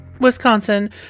wisconsin